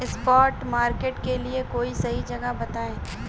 spot market के लिए कोई सही जगह बताएं